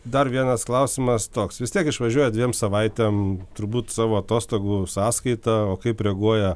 dar vienas klausimas toks vis tiek išvažiuojat dviem savaitėm turbūt savo atostogų sąskaita o kaip reaguoja